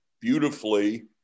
beautifully